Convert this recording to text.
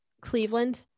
Cleveland